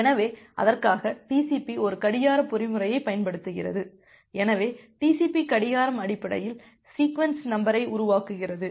எனவே அதற்காக TCP ஒரு கடிகார பொறிமுறையைப் பயன்படுத்துகிறது எனவே TCP கடிகாரம் அடிப்படையில் சீக்வென்ஸ் நம்பரை உருவாக்குகிறது